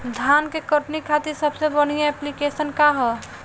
धान के कटनी खातिर सबसे बढ़िया ऐप्लिकेशनका ह?